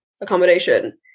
accommodation